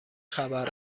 خبر